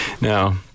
Now